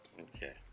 Okay